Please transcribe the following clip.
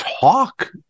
talk